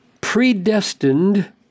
predestined